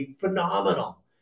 phenomenal